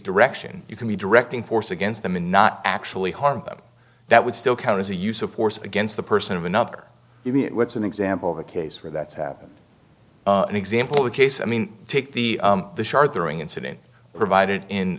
direction you can be directing force against them and not actually harm them that would still count as a use of force against the person of another what's an example of a case where that's happened an example a case i mean take the shard throwing incident provided in